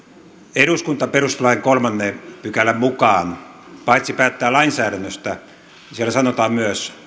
eduskunta perustuslain kolmannen pykälän mukaan päättää paitsi lainsäädännöstä siellä sanotaan näin myös